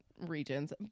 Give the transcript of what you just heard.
regions